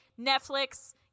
Netflix